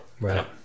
Right